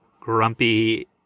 grumpy